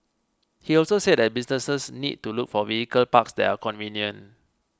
he also said that businesses need to look for vehicle parks that are convenient